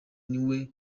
niwe